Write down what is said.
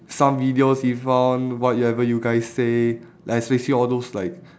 some videos we found whatever you guys say like especially all those like